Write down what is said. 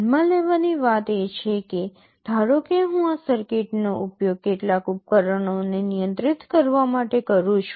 ધ્યાનમાં લેવાની વાત એ છે કે ધારો કે હું આ સર્કિટનો ઉપયોગ કેટલાક ઉપકરણોને નિયંત્રિત કરવા માટે કરું છું